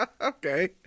Okay